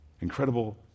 incredible